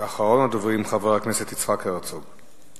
ואחרון הדוברים, חבר הכנסת יצחק הרצוג.